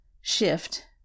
shift